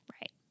Right